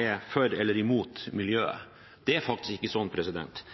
er for eller imot miljøet. Det er faktisk ikke